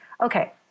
okay